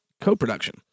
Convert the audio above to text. co-production